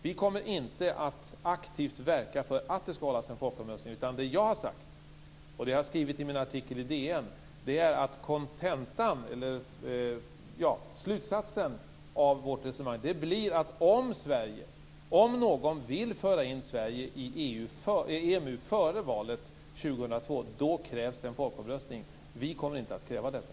Vi kommer inte att aktivt verka för att det skall hållas en folkomröstning. Det jag har sagt. Som jag har skrivit i min artikel i DN är slutsatsen av vårt resonemang att om någon vill föra in Sverige i EMU före valet 2002 krävs det en folkomröstning. Vi kommer inte att kräva detta.